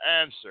answer